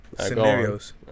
Scenarios